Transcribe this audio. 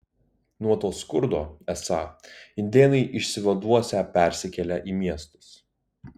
nuo to skurdo esą indėnai išsivaduosią persikėlę į miestus